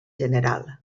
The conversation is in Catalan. general